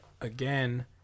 again